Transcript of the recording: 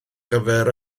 gyfer